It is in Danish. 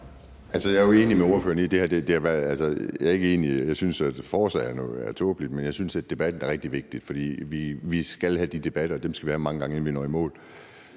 Jeg er ikke enig, i forhold til at jeg synes, at forslaget er tåbeligt, men jeg synes, at debatten er rigtig vigtig, for vi skal have de debatter, og dem skal vi have mange gange, inden vi når i mål.